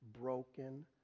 broken